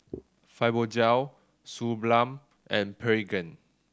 Fibogel Suu Balm and Pregain